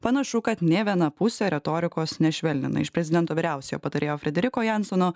panašu kad nė viena pusė retorikos nešvelnina iš prezidento vyriausiojo patarėjo frederiko jansono